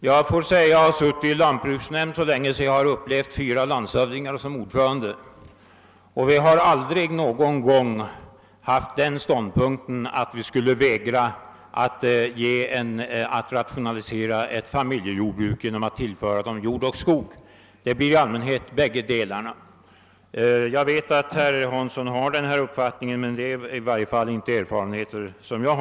Jag har suttit i lantbruksnämnden så länge att fyra landshövdingar hunnit vara ordförande under den tiden, och vi har aldrig någonsin vägrat rationalisera ett familjejordbruk genom att tillföra det jord och skog. Det blir i allmänhet bägge delarna. Jag vet att herr Hansson har en annan upp fattning, men för den talar i varje fail inte de erfarenheter jag har.